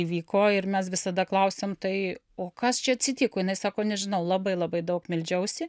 įvyko ir mes visada klausiam tai o kas čia atsitiko jinai sako nežinau labai labai daug meldžiausi